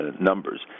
numbers